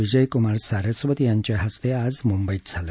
विजय कुमार सारस्वत यांच्या हस्ते आज मुंबईत झालं